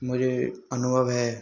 मुझे अनुभव है